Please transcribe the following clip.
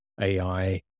AI